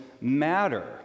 matter